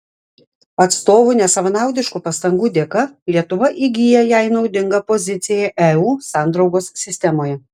atstovų nesavanaudiškų pastangų dėka lietuva įgyja jai naudingą poziciją eu sandraugos sistemoje